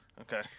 Okay